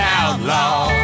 outlaw